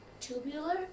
tubular